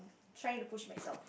trying to push myself